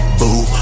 boo